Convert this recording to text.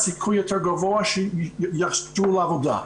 סיכוי יותר גבוה שיחזרו לעבודה.